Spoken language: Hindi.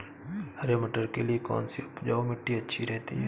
हरे मटर के लिए कौन सी उपजाऊ मिट्टी अच्छी रहती है?